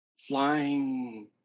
flying